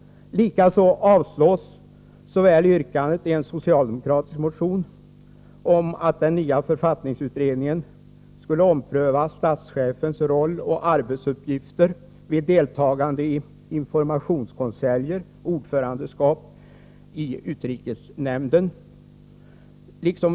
Likaså avstyrks yrkandet i en socialdemokratisk motion om att den nya författningsutredningen skulle ompröva statschefens roll och arbetsuppgifter vid deltagande i informationskonseljer och vid ordförandeskap i utrikesnämnden.